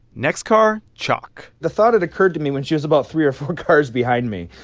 next car chalk the thought had occurred to me when she was about three or four cars behind me.